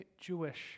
Jewish